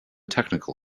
technical